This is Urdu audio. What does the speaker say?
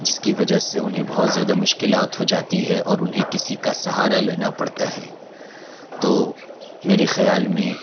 جس کہ وجہ سے انہیں بہت زیادہ مشکلات ہو جاتی ہیں اور انہیں کسی کا سہارا لینا پڑتا ہے تو میرے خیال میں